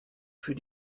für